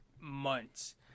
months